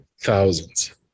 thousands